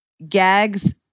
Gags